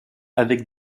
avec